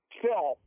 kill